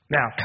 Now